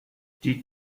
die